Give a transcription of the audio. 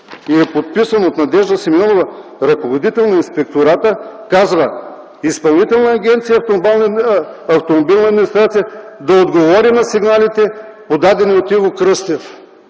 и е подписан от Надежда Симеонова – ръководител на Инспектората. Тя казва: „Изпълнителна агенция „Автомобилна администрация” да отговори на сигналите, подадени от Иво Кръстев”.